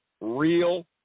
real